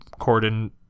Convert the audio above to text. Corden